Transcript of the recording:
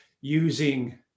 using